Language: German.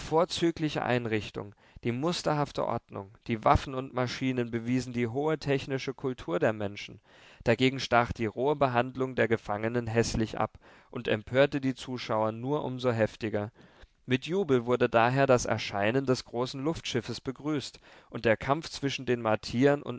vorzügliche einrichtung die musterhafte ordnung die waffen und maschinen bewiesen die hohe technische kultur der menschen dagegen stach die rohe behandlung der gefangenen häßlich ab und empörte die zuschauer nur um so heftiger mit jubel wurde daher das erscheinen des großen luftschiffes begrüßt und der kampf zwischen den